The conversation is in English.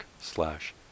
slash